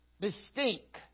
distinct